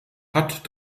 hat